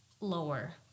lower